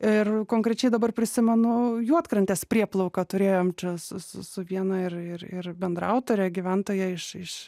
ir konkrečiai dabar prisimenu juodkrantės prieplauką turėjom čia su su su viena ir ir ir bendraautore gyventoja iš iš